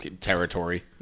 territory